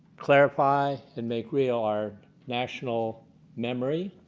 clarify and make real our national memory